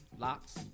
Locks